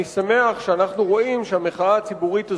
אני שמח שאנחנו רואים שהמחאה הציבורית הזאת,